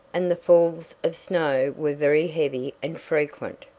and the falls of snow were very heavy and frequent.